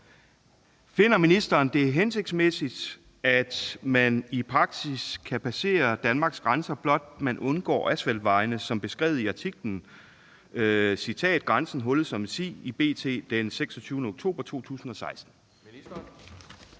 Finder ministeren det hensigtsmæssigt, at man i praksis kan passere Danmarks grænser, blot man undgår asfaltvejene, som beskrevet i artiklen »Grænsen hullet som en si« i BT den 26. oktober 2016?